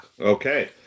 okay